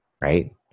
right